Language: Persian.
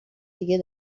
دیگه